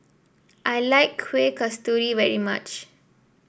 I like Kuih Kasturi very much